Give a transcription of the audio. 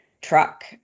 truck